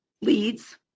leads